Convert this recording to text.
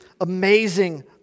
amazing